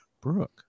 Brooke